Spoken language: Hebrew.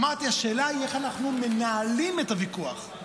אמרתי: השאלה היא איך אנחנו מנהלים את הוויכוח,